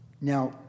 Now